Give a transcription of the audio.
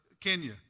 Kenya